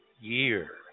year